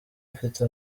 ufite